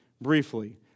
briefly